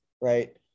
right